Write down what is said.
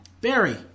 Barry